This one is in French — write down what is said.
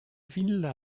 villa